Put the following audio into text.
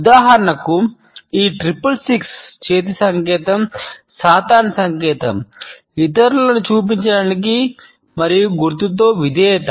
ఉదాహరణకు ఈ 666 చేతి సంకేతం సాతాను సంకేతం ఇతరులను చూపించడానికి మరియు గుర్తుతో విధేయత